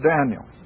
Daniel